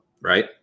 Right